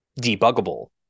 debuggable